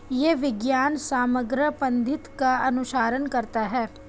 यह विज्ञान समग्र पद्धति का अनुसरण करता है